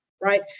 right